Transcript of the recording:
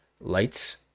lights